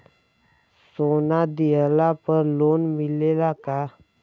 सोना दिहला पर लोन मिलेला का?